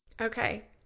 Okay